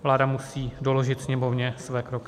Vláda musí doložit Sněmovně své kroky.